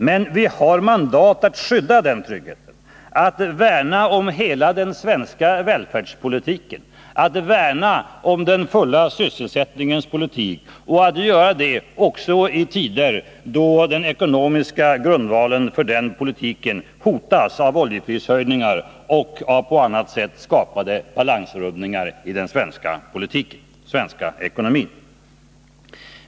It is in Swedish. Men vi har mandat att skydda den tryggheten, att värna om hela den svenska välfärdspolitiken, att värna om den fulla sysselsättningens politik och att göra det också i tider då den ekonomiska grundvalen för den politiken hotas av oljeprishöjningar och av på annat sätt skapade balansrubbningar i den svenska ekonomin.